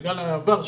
בגלל העבר שלי,